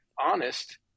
honest